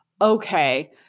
okay